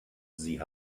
sie